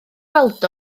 weld